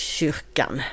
kyrkan